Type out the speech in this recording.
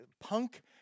punk